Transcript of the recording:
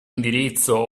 indirizzo